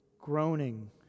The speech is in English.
groaning